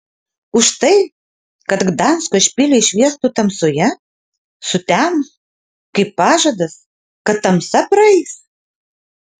už tai kad gdansko špiliai šviestų tamsoje sutemus kaip pažadas kad tamsa praeis